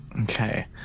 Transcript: Okay